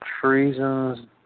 Treason's